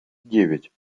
девять